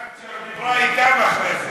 תאצ'ר דיברה אתם אחרי זה.